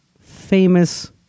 famous